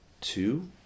two